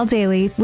Daily